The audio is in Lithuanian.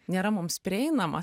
nėra mums prieinamas